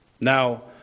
Now